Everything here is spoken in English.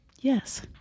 Yes